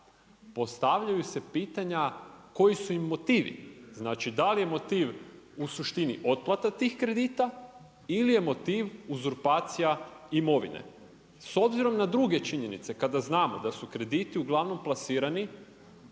postavljaju se pitanja koji su im motivi, znači da li je motiv u suštini otplata tih kredita ili je motiv uzurpacija imovine. S obzirom na druge činjenice kada znamo da su krediti uglavnom plasirani